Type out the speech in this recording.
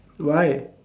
why